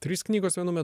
trys knygos vienu metu